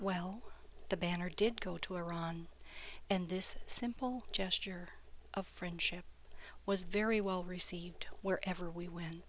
well the banner did go to iran and this simple gesture of friendship was very well received wherever we w